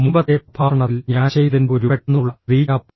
മുമ്പത്തെ പ്രഭാഷണത്തിൽ ഞാൻ ചെയ്തതിന്റെ ഒരു പെട്ടെന്നുള്ള റീക്യാപ്പ്